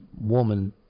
woman